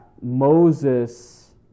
Moses